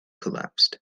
collapsed